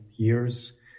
years